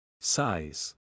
Size